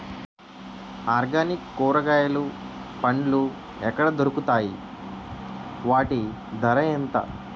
Organic కూరగాయలు పండ్లు ఎక్కడ దొరుకుతాయి? వాటి ధర ఎంత?